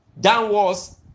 downwards